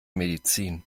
medizin